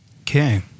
Okay